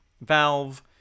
valve